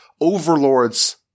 overlords